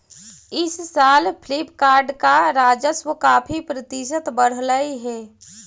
इस साल फ्लिपकार्ट का राजस्व काफी प्रतिशत बढ़लई हे